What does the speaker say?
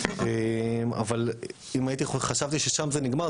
אבל אם חשבתי ששם זה נגמר,